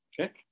okay